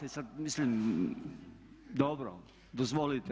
E sad, mislim dobro dozvolite.